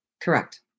Correct